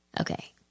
Okay